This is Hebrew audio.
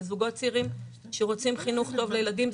זה זוגות צעירים שרוצים חינוך טוב לילדים.